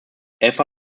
eva